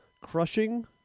crushing